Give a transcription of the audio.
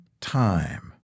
time